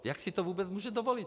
Jak si to vůbec může dovolit?